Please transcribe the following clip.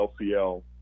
LCL